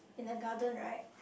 in the garden right